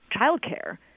childcare